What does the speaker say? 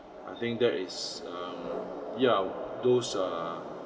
I think that is um ya those err